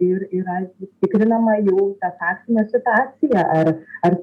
ir yra tikrinama jau ta faktinė situacija ar ar